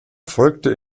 folgte